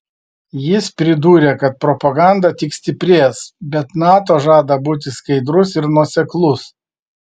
jis pridūrė kad propaganda tik stiprės bet nato žada būti skaidrus ir nuoseklus